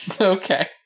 Okay